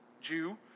Jew